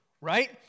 right